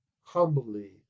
humbly